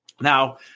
Now